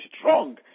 strong